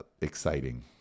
exciting